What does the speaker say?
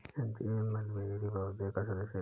अंजीर मलबेरी पौधे का सदस्य है